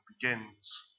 begins